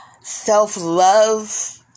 self-love